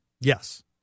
Yes